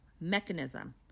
mechanism